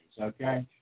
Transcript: okay